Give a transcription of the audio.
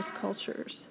cultures